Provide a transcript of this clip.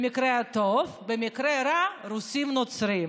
במקרה הטוב, במקרה הרע, רוסים נוצרים.